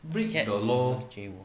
get the love